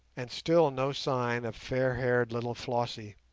and still no sign of fair-haired little flossie.